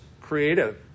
creative